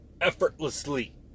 effortlessly